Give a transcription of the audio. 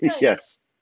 Yes